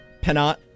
Penat